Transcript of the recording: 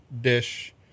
dish